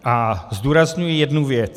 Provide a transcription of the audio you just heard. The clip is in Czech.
A zdůrazňuji jednu věc.